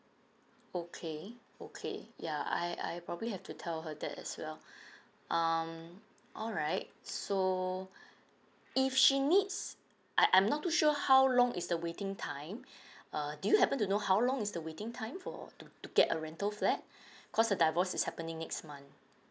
okay okay ya I ha~ I probably have to tell her that as well um all right so if she needs I I'm not too sure how long is the waiting time err do you happen to know how long is the waiting time for to to get a rental flat because the divorce is happening next month